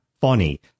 funny